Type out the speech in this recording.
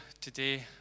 today